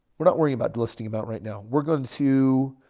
we're not worrying about listing about right now. we're going to.